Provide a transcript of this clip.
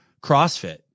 CrossFit